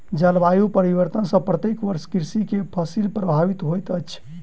जलवायु परिवर्तन सॅ प्रत्येक वर्ष कृषक के फसिल प्रभावित होइत अछि